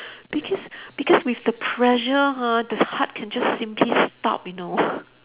because because with the pressure ha the heart can just simply stop you know